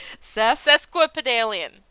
Sesquipedalian